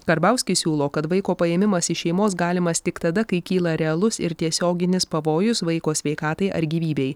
karbauskis siūlo kad vaiko paėmimas iš šeimos galimas tik tada kai kyla realus ir tiesioginis pavojus vaiko sveikatai ar gyvybei